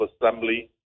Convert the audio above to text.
Assembly